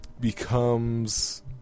becomes